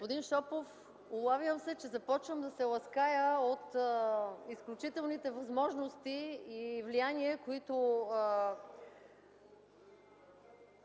Господин Шопов, улавям се, че започвам да се лаская от изключителните възможности и влияние, които